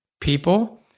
people